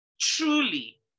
truly